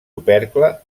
opercle